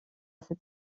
cet